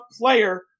player